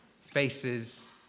faces